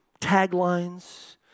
taglines